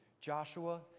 Joshua